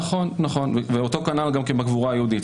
נכון, וכנ"ל בקבורה היהודית.